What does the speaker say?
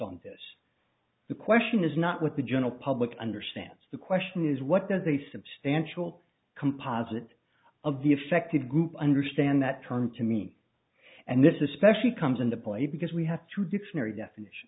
on this the question is not what the general public understands the question is what does a substantial composite of the affected group understand that term to mean and this especially comes into play because we have two dictionary definition